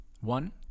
One